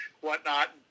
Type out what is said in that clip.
whatnot